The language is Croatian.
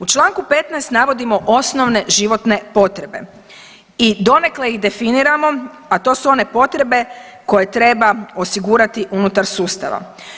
U članku 15. navodimo osnovne životne potrebe i donekle ih definiramo, a to su one potrebe koje treba osigurati unutar sustava.